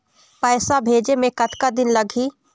पैसा भेजे मे कतका दिन लगही?